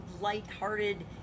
light-hearted